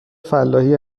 فلاحی